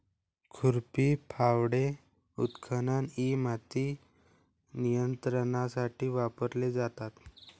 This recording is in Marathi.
खुरपी, फावडे, उत्खनन इ माती नियंत्रणासाठी वापरले जातात